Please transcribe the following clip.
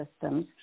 systems